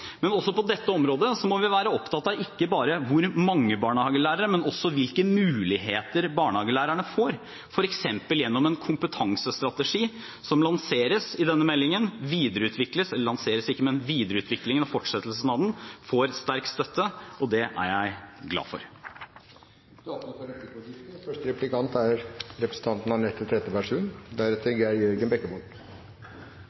Men også på dette området må vi være opptatt av ikke bare hvor mange barnehagelærere vi skal ha, men også hvilke muligheter barnehagelærerne får, f.eks. gjennom en kompetansestrategi som videreutvikles i denne meldingen. Videreutviklingen av strategien og fortsettelsen av den får sterk støtte, og det er jeg glad for. Det blir replikkordskifte. Når det kommer til bemanningsnorm, holder det ikke at partiene er